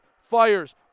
fires